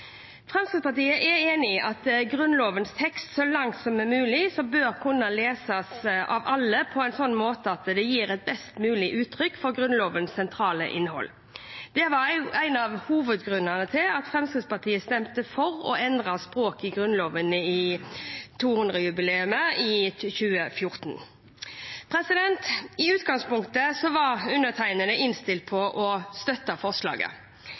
Fremskrittspartiet er enig i at Grunnlovens tekst så langt som mulig bør kunne leses av alle på en sånn måte at det gir best mulig uttrykk for Grunnlovens sentrale innhold. Det var en av hovedgrunnene til at Fremskrittspartiet stemte for å endre språket i Grunnloven til 200-årsjubileet i 2014. I utgangspunktet var undertegnede innstilt på å støtte forslaget,